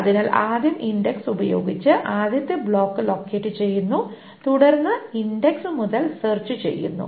അതിനാൽ ആദ്യം ഇൻഡക്സ് ഉപയോഗിച്ച് ആദ്യത്തെ ബ്ലോക്ക് ലൊക്കേറ്റ് ചെയ്യുന്നു തുടർന്ന് ഇൻഡക്സ് മുതൽ സെർച്ച് ചെയ്യുന്നു